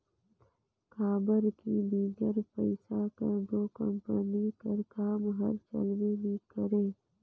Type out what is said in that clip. काबर कि बिगर पइसा कर दो कंपनी कर काम हर चलबे नी करे